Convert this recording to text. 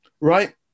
right